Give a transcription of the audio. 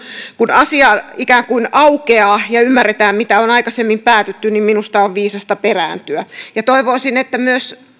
kun asia ikään kuin aukeaa ja ymmärretään mitä on aikaisemmin päätetty minusta on viisasta perääntyä ja toivoisin että myös